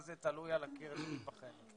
יש לכם עותק מודפס על השולחן.